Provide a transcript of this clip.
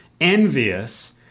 envious